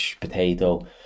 potato